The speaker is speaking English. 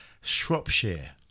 Shropshire